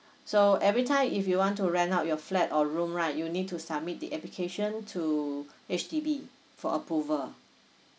so every time if you want to rent out your flat or room right you need to submit the application to H_D_B for approval